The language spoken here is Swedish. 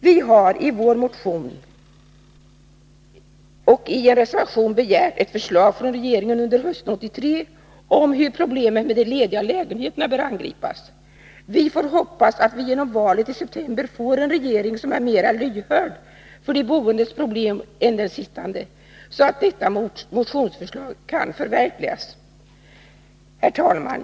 Vi har i vår motion och i en reservation begärt ett förslag från regeringen under hösten 1983 om hur problemet med de lediga lägenheterna skall angripas. Vi får hoppas att vi genom valet i september får en regering som är mera lyhörd för de boendes problem än den sittande, så att detta motionsförslag kan förverkligas. Herr talman!